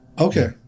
Okay